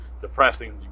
depressing